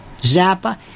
Zappa